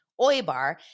Oybar